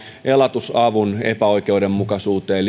elatusavun epäoikeudenmukaisuuteen